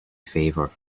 favor